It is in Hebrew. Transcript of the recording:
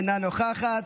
אינה נוכחת.